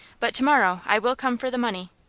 but to-morrow i will come for the money.